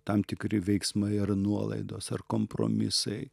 tam tikri veiksmai ar nuolaidos ar kompromisai